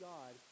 God